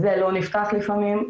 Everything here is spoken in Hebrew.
זה לא נפתח לפעמים,